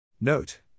Note